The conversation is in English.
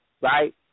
right